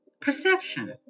Perception